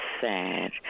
sad